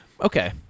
Okay